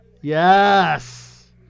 Yes